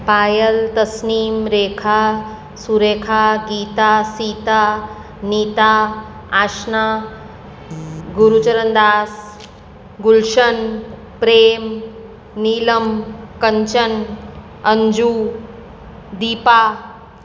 Payal Tasnim Rekha Surekha Gita Sita Nita Asna Gurucharan Das Gulshan Prem Neelam Kanchan Anju Deepa